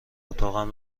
اتاقم